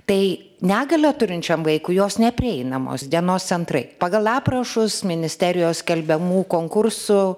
tai negalią turinčiam vaikui jos neprieinamos dienos centrai pagal aprašus ministerijos skelbiamų konkursų